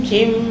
Jim